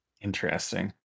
Interesting